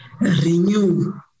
renew